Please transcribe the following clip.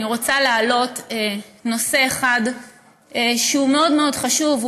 אני רוצה להעלות נושא אחד מאוד חשוב.